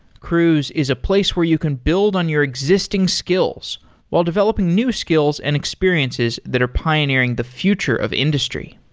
cruise is a place where you can build on your existing skills while developing new skills and experiences that are pioneering the future of industry.